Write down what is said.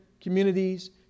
communities